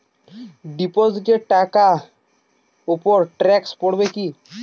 Deposit টাকার উপর tax পড়ে কি?